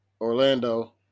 Orlando